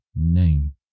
name